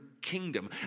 kingdom